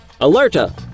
Alerta